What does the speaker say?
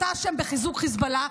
אתה אשם בחיזוק חיזבאללה.